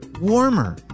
warmer